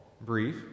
brief